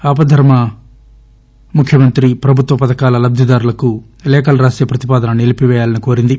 ఆపధర్మ ముఖ్యమంత్రి ప్రభుత్వ పథకాల లబ్దిదారులకు లేఖలు రాసే ప్రతిపాదనను నిలీపిపేయాలని కోరింది